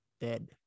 dead